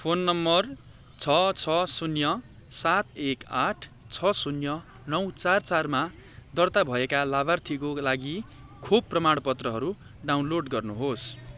phone number छ छ शून्य सात एक आठ छ शून्य नौ चार चारमा दर्ता भएका लाभार्थीको लागि खुब प्रमाणपत्रहरू डाउनलोड गर्नुहोस्